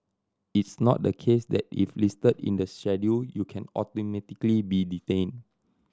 it's not the case that if listed in the Schedule you can automatically be detained